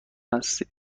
هستم